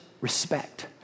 respect